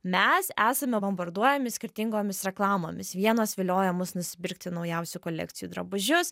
mes esame bombarduojami skirtingomis reklamomis vienos vilioja mus nusipirkti naujausių kolekcijų drabužius